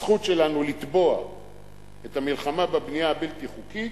הזכות שלנו, לתבוע את המלחמה בבנייה הבלתי-חוקית,